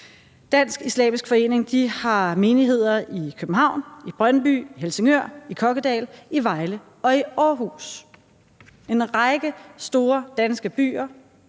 Dansk Islamisk Trossamfund har menigheder i København, i Brøndby, Helsingør, i Kokkedal, i Vejle og i Aarhus, altså i en række store danske byer,